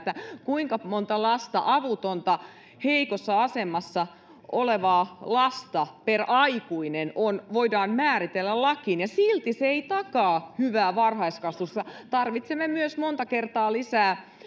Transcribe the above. kuinka monta lasta avutonta heikossa asemassa olevaa lasta per aikuinen voidaan määritellä lakiin ja silti se ei takaa hyvää varhaiskasvatusta tarvitsemme myös monta kertaa lisää